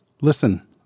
Listen